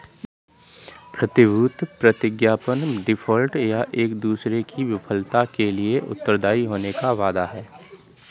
प्रतिभूति प्रतिज्ञापत्र डिफ़ॉल्ट, या दूसरे की विफलता के लिए उत्तरदायी होने का वादा है